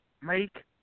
make